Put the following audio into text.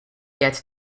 yet